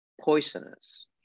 poisonous